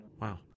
Wow